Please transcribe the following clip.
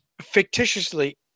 fictitiously